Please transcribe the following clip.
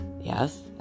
yes